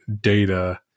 data